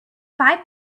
five